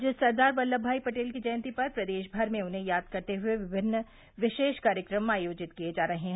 आज सरदार वल्लम भाई पटेल की जयन्ती पर प्रदेश भर में उन्हें याद करते हुए विभिन्न विशेष कार्यक्रम आयोजित किये जा रहे हैं